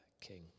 king